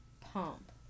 pump